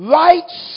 rights